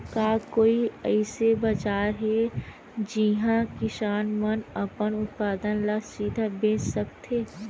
का कोई अइसे बाजार हे जिहां किसान मन अपन उत्पादन ला सीधा बेच सकथे?